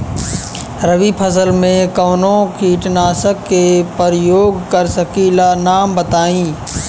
रबी फसल में कवनो कीटनाशक के परयोग कर सकी ला नाम बताईं?